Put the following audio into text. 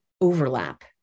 overlap